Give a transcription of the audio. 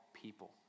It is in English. people